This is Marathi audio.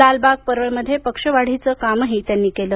लालबाग परळमध्ये पक्षवाढीचं कामही त्यांनी केलं